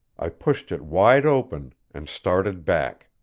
i pushed it wide open, and started back.